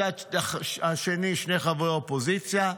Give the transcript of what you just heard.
מהצד השני שני חברי אופוזיציה,